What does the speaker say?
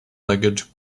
legged